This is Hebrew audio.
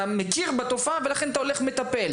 אתה מכיר בתופעה ולכן אתה הולך ומטפל.